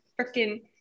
freaking